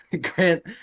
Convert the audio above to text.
Grant